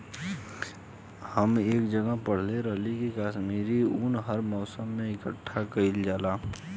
हम एक जगह पढ़ले रही की काश्मीरी उन हर मौसम में इकठ्ठा कइल जाला